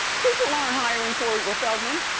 people aren't hiring corey or feldman.